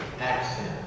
accent